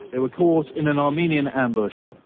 they were caught in an armenian ambush.